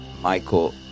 Michael